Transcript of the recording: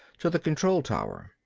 to the control tower.